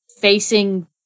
facing